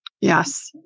Yes